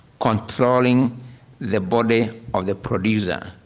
controlling the body of the producer,